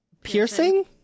Piercing